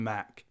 Mac